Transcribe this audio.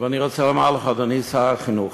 ואני רוצה לומר לך, אדוני שר החינוך: